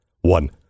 one